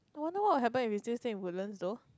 wonder what will happen if you still stay in Woodlands though